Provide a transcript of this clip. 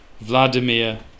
Vladimir